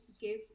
give